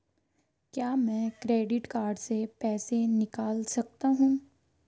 क्या मैं credit card से पैसे निकाल सकता हूँ?